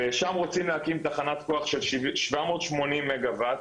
ושם רוצים להקים תחנת כוח של 780 מגה ואט,